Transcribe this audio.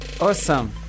Awesome